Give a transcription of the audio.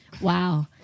Wow